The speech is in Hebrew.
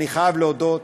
אני חייב להודות